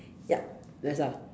yup that's all